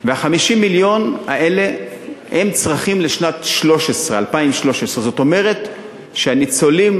ו-50 המיליון האלה הם צרכים לשנת 2013. זאת אומרת שהניצולים,